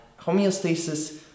homeostasis